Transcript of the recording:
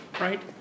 right